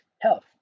health